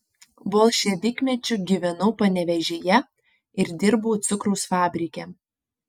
bolševikmečiu gyvenau panevėžyje ir dirbau cukraus fabrike